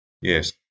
Yes